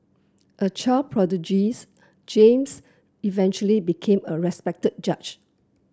a child prodigies James eventually became a respected judge